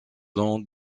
lente